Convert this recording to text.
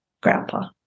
grandpa